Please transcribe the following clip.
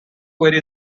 vary